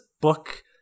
book